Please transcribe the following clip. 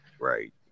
Right